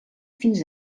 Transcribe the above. fins